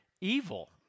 evil